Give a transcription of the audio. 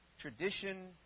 tradition